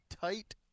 tight